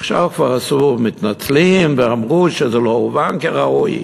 עכשיו כבר עשו: מתנצלים, ואמרו שזה לא הובן כראוי.